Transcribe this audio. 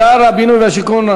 שר הבינוי והשיכון,